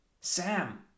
Sam